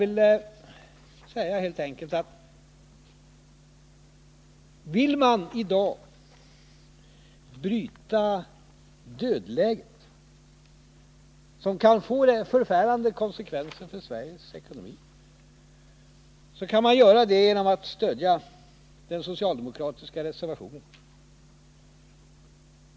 Om man i dag vill bryta dödläget, som kan få förfärande konsekvenser för Sveriges ekonomi, kan man göra det genom att stödja den socialdemokratiska reservationen 1.